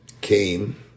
came